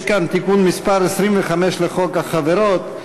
יש כאן תיקון מס' 25 לחוק החברות,